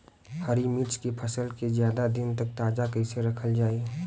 हरि मिर्च के फसल के ज्यादा दिन तक ताजा कइसे रखल जाई?